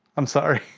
i'm sorry,